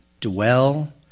dwell